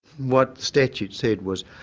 what statute said was,